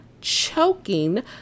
choking